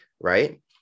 right